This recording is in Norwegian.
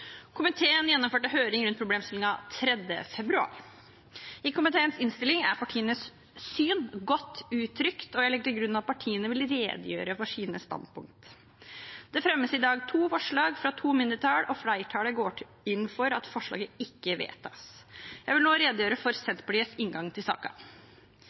Komiteen gjennomførte høring rundt problemstillingen 3. februar. I komiteens innstilling er partienes syn godt uttrykt, og jeg legger til grunn at partiene vil redegjøre for sine standpunkt. Det fremmes i dag to forslag, fra to mindretall, og flertallet går inn for at forslaget ikke vedtas. Jeg vil nå redegjøre for Senterpartiets inngang til